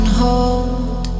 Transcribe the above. hold